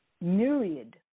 myriad